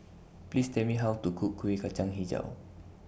Please Tell Me How to Cook Kuih Kacang Hijau